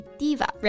diva